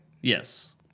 Yes